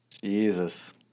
Jesus